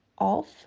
off